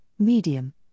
Medium